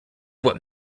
what